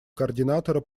координатора